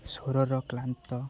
ସ୍ଵରର କ୍ଳାନ୍ତ